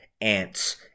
Ants